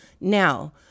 now